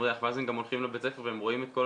ריח ואז הם גם הולכים לבית הספר והם רואים את כל